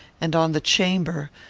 and on the chamber,